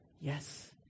Yes